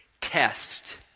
test